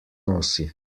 nosi